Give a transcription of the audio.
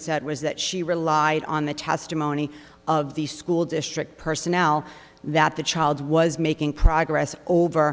said was that she relied on the testimony of the school district personnel that the child was making progress over